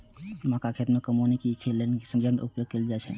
मक्का खेत में कमौनी करेय केय लेल कुन संयंत्र उपयोग कैल जाए छल?